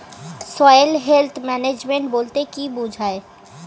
Soil health management বলতে কি বুঝায়?